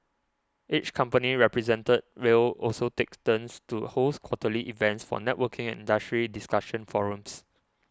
each company represented will also take turns to host quarterly events for networking and industry discussion forums